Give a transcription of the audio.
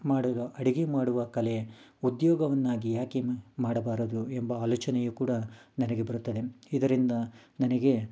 ಮಾಡುವ ಅಡುಗೆ ಮಾಡುವ ಕಲೆ ಉದ್ಯೋಗವನ್ನಾಗಿ ಯಾಕಿನ್ನು ಮಾಡಬಾರದು ಎಂಬ ಆಲೋಚನೆಯೂ ಕೂಡ ನನಗೆ ಬರುತ್ತದೆ ಇದರಿಂದ ನನಗೆ